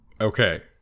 Okay